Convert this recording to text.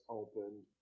opened